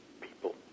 people